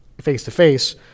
face-to-face